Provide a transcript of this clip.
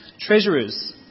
treasurers